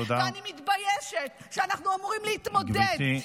ואני מתביישת שאנחנו אמורים להתמודד,